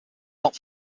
not